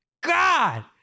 God